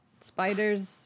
Spiders